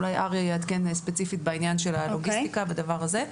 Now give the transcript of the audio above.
אולי אריה יעדכן ספציפית בעניין של הלוגיסטיקה בדבר הזה,